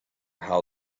how